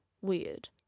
weird